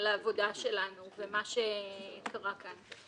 לעבודה שלנו ומה שקרה כאן.